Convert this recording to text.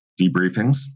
debriefings